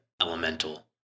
elemental